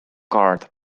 guard